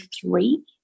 three